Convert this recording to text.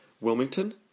Wilmington